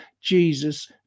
Jesus